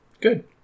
Good